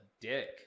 dick